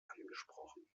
angesprochen